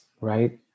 right